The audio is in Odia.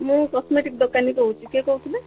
ମୁଁ କସ୍ମେଟିକ ଦୋକାନୀ କହୁଛି କିଏ କହୁଥିଲେ